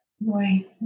Boy